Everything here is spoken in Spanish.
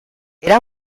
era